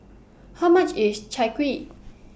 How much IS Chai Kuih